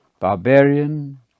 barbarian